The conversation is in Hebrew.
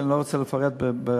אני לא רוצה לפרט ברבים,